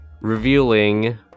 revealing